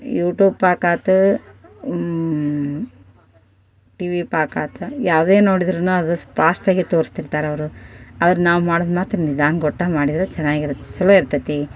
YouTube ಪಾಕ ಆಯ್ತು TV ಪಾಕ ಆಯ್ತು ಯಾವುದೇ ನೋಡಿದ್ರು ಅದು ಫಾಸ್ಟಾಗಿ ತೋರಿಸ್ತಿರ್ತಾರ್ ಅವರು ಆದರೆ ನಾವು ಮಾಡೋದು ಮತ್ತು ನಿಧಾನ್ಗೊಟ್ಟು ಮಾಡಿದರೆ ಚೆನ್ನಾಗಿರತ್ತೆ ಛಲೋ ಇರ್ತದೆ